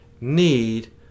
need